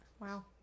Wow